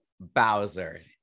bowser